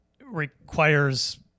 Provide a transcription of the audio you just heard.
requires